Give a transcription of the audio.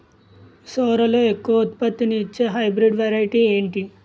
సోరలో ఎక్కువ ఉత్పత్తిని ఇచే హైబ్రిడ్ వెరైటీ ఏంటి?